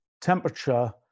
temperature